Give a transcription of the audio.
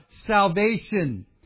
salvation